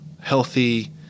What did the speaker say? healthy